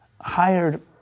hired